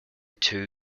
two